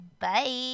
Bye